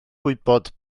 gwybod